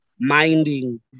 minding